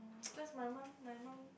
cause my mum my mum